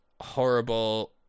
horrible